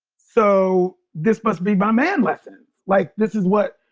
so this must be my man lesson like this is what,